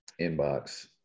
inbox